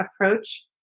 approach